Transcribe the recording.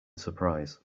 surprise